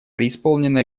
преисполнена